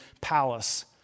palace